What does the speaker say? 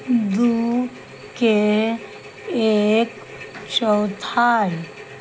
दू के एक चौथाइ